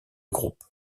groupe